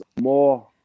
more